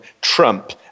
Trump